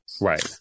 right